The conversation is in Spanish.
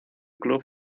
club